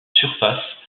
surface